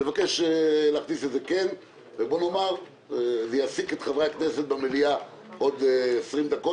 אני מבקש להכניס נושא זה גם אם הוא יעסיק את חברי הכנסת עוד 20 דקות